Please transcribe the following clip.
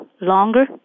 longer